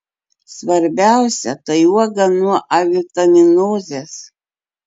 svarbiausia tai uoga nuo avitaminozės